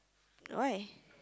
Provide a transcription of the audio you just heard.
why